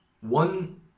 one